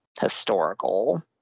historical